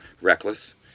Reckless